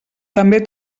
també